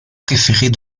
préférés